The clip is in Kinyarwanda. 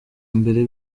mbere